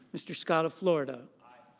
mr. scott of florida i.